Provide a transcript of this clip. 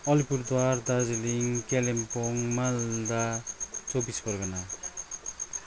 Alipurduar Darjeeling Kalimpong Malda Chaubis Pargana